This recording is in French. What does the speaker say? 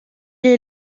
est